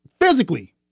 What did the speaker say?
physically